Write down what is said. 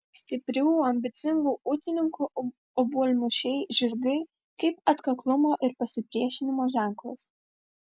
stiprių ambicingų ūkininkų obuolmušiai žirgai kaip atkaklumo ir pasipriešinimo ženklas